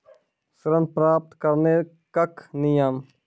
ऋण प्राप्त करने कख नियम?